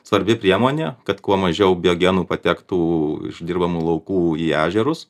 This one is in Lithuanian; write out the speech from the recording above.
svarbi priemonė kad kuo mažiau biogenų patektų iš dirbamų laukų į ežerus